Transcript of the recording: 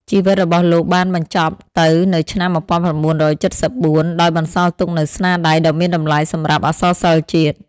ជីវិតរបស់លោកបានបញ្ចប់ទៅនៅឆ្នាំ ១៩៧៤ ដោយបន្សល់ទុកនូវស្នាដៃដ៏មានតម្លៃសម្រាប់អក្សរសិល្ប៍ជាតិ។